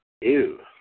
Ew